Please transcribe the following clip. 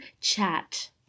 chat